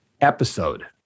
episode